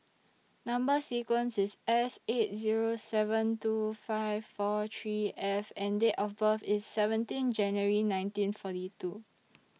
Number sequence IS S eight Zero seven two five four three F and Date of birth IS seventeen January nineteen forty two